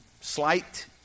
slight